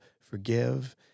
forgive